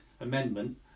amendment